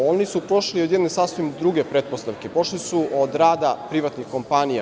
Oni su pošli od jedne sasvim druge pretpostavke – pošli su od rada privatnih kompanija.